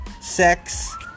sex